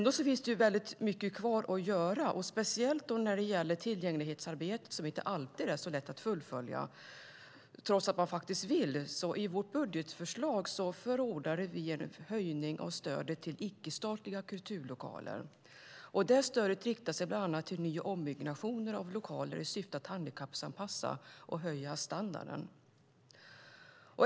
Det finns dock mycket kvar att göra, speciellt när det gäller tillgänglighetsarbetet som inte alltid är så lätt att fullfölja, trots att man vill. I vårt budgetförslag förordade vi en höjning av stödet till icke-statliga kulturlokaler. Det stödet riktar sig bland annat till ny och ombyggnationer av lokaler i syfte att handikappanpassa och höja standarden.